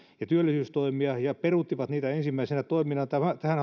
ja työllisyystoimia ja peruuttivat niitä ensimmäisinä toiminaan tähän